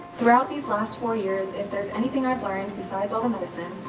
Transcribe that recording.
throughout these last four years, if there's anything i've learned besides all the medicine,